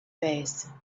face